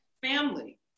family